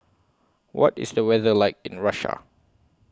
What IS The weather like in Russia